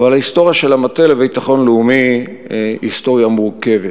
אבל ההיסטוריה של המטה לביטחון לאומי היא היסטוריה מורכבת.